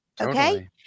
Okay